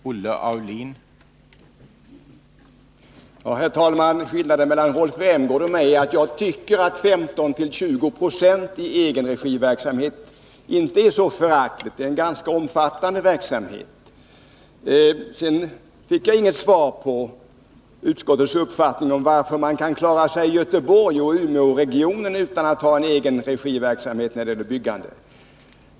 Herr talman! Skillnaden mellan Rolf Rämgård och mig är att jag tycker att 15-20 20 i egenregiverksamhet inte är så föraktligt. Det är en ganska omfattande verksamhet. Sedan fick jag inget svar när jag frågade efter utskottets uppfattning om varför man klarar sig utan egenregiverksamhet i Göteborgsoch Umeåregionerna.